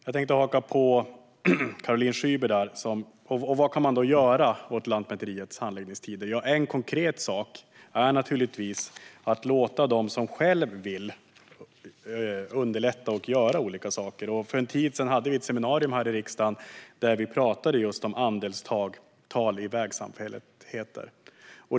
Jag tänker haka på Caroline Szyber i fråga om vad man kan göra åt Lantmäteriets handläggningstider. En konkret sak är att låta dem som själva vill underlätta och göra olika saker göra det. För en tid sedan hade vi ett seminarium här i riksdagen där vi talade om just andelstal i vägsamfälligheter.